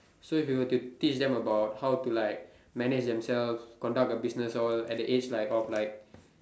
so if you were to teach them about how to like manage themselves conduct a business all at the age like of like